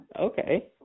Okay